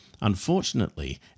Unfortunately